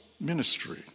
ministry